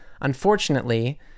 Unfortunately